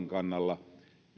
kannalla